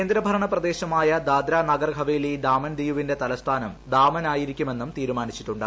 കേന്ദ്രഭരണ പ്രദേശമായ ദാദ്രനാഗർ ഹവേലി ദാമൻ ദിയുവിന്റെ തലസ്ഥാനം ദാമൻ ആയിരിക്കുമെന്നും തീരുമാനിച്ചിട്ടുണ്ട്